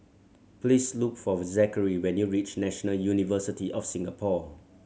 please look for Zakary when you reach National University of Singapore